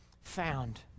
found